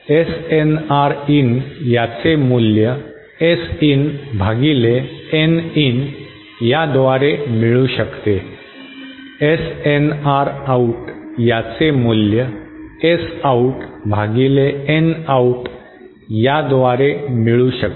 SNR in याचे मूल्य S in भागिले N इन याद्वारे मिळू शकते SNR आऊट याचे मूल्य S आऊट भागिले N आऊट याद्वारे मिळू शकते